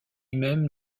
même